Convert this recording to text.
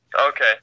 Okay